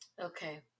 Okay